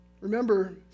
Remember